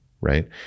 right